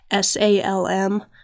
SALM